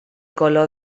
color